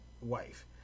wife